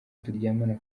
turyamana